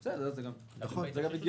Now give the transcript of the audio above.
זה גם הגיוני.